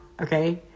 okay